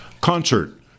Concert